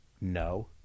No